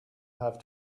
have